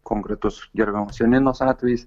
konkretus gerbiamos janinos atvejis